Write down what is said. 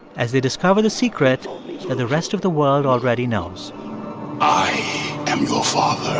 as they discover the secret that the rest of the world already knows i am your father